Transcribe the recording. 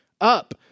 Up